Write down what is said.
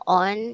on